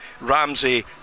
Ramsey